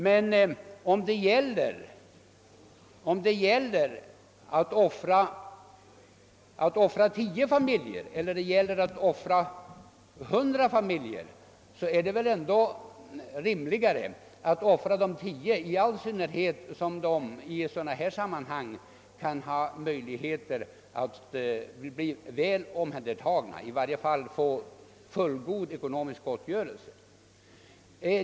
Men om valet står mellan att offra tio familjer eller hundra, så är det väl ändå rimligt att offra de tio, i all synnerhet som de i detta fall har möjligheter att bli väl omhändertagna — eller i varje fall få fullgod ekonomisk gottgörelse.